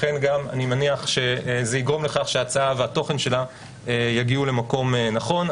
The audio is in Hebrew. מניח שזה יגרום לכך שההצעה והתוכן שלה יגיעו למקום נכון.